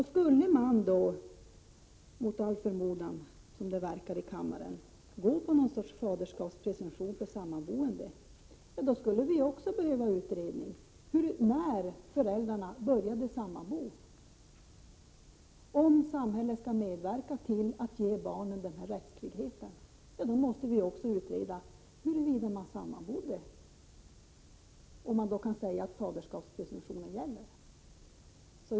Skulle kammaren, mot all förmodan. anta en faderskapspresumtion för samboende skulle vi också behöva göra en utredning om när föräldrarna började sammanbo. Om samhället skall medverka till att ge barnen denna rättstrygghet måste vi också utreda huruvida kontrahenterna sammanbodde — och man då kan säga att faderskapspresumtionen skall gälla.